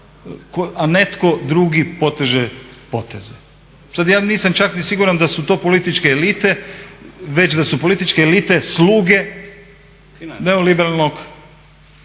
a netko drugi poteže poteze. Sada ja nisam čak ni siguran da su to političke elite, već da su političke elite sluge neoliberalnog